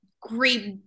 great